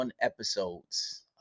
episodes